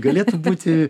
galėtų būti